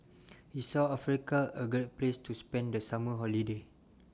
IS South Africa A Great Place to spend The Summer Holiday